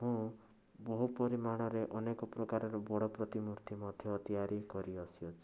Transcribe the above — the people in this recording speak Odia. ମୁଁ ବହୁ ପରିମାଣରେ ଅନେକ ପ୍ରକାରର ବଡ଼ ପ୍ରତିମୂର୍ତ୍ତି ମଧ୍ୟ ତିଆରି କରି ଆସିଅଛି